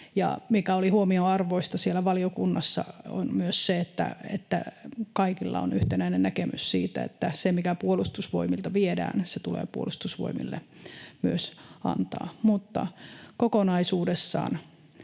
mikä oli huomionarvoista siellä valiokunnassa, on myös se, että kaikilla oli yhtenäinen näkemys siitä, että se, mikä Puolustusvoimilta viedään, se tulee Puolustusvoimille myös antaa. Kokonaisuudessaan